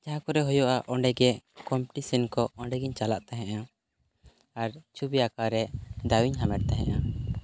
ᱡᱟᱦᱟᱸ ᱠᱚᱨᱮ ᱦᱩᱭᱩᱜᱼᱟ ᱚᱸᱰᱮᱜᱮ ᱠᱚᱢᱯᱤᱴᱤᱥᱮᱱ ᱠᱚ ᱚᱸᱰᱮᱜᱤᱧ ᱪᱟᱞᱟᱜ ᱛᱟᱦᱮᱸᱫᱼᱟ ᱟᱨ ᱪᱷᱚᱵᱤ ᱟᱸᱠᱟᱣ ᱨᱮ ᱫᱟᱣ ᱤᱧ ᱦᱟᱢᱮᱴ ᱛᱟᱦᱮᱸᱫᱼᱟ